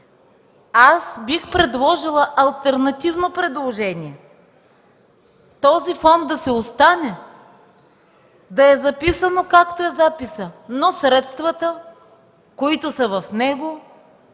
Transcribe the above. Аз бих предложила алтернативно предложение – този фонд да си остане, да е записано както е записът, но средствата, които са в него,